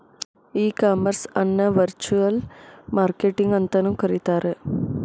ಈ ಕಾಮರ್ಸ್ ಅನ್ನ virtual marketing ಅಂತನು ಕರೇತಾರ